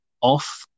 off